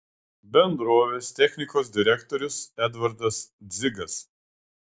bendrovės technikos direktorius edvardas dzigas